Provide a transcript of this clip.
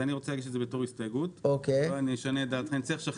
אני רוצה להגיש את זה בתור הסתייגות.